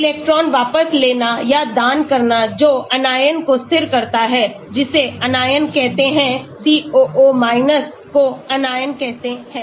electron वापस लेना या दान करना जो anion को स्थिर करता है जिसे anion कहते हैं COO को anion कहते हैं